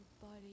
body